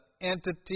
entity